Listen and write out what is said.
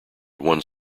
one